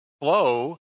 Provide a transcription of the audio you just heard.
flow